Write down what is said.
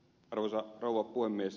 arvoisa rouva puhemies